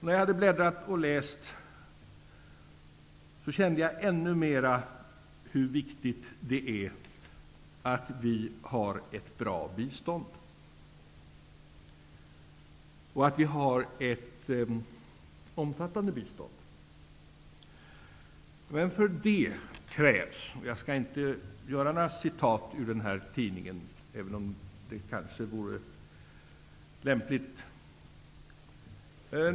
När jag hade bläddrat och läst kände jag ännu mer hur viktigt det är att vi har ett bra och omfattande bistånd. Jag skall inte citera ur denna tidning, även om det kanske vore lämpligt.